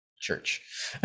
church